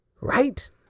right